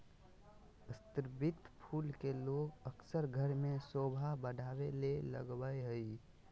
स्रीवत फूल के लोग अक्सर घर में सोभा बढ़ावे ले लगबा हइ